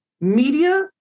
media